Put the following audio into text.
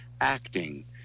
acting